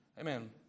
Amen